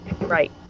Right